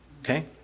Okay